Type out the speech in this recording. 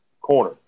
Corner